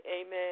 Amen